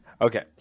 Okay